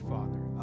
Father